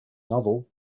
novel